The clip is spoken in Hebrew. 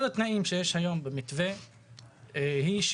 אבל יש